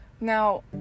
Now